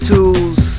Tools